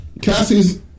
Cassie's